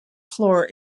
floor